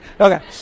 okay